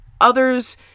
others